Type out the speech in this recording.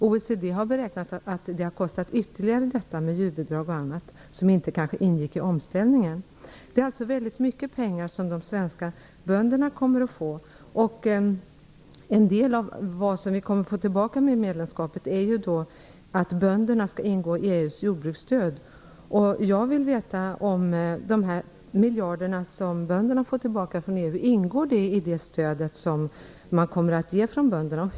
OECD har beräknat att detta, med djurbidrag och annat som kanske inte ingick i omställningen, har kostat ytterligare. De svenska bönderna kommer alltså att få väldigt mycket pengar. En del av det som vi kommer att få tillbaka vid ett medlemskap är ju att bönderna skall få del av EU:s jordbruksstöd. Jag vill veta om de miljarder som bönderna får tillbaka från EU ingår i det stöd som kommer att bli aktuellt för böndernas del.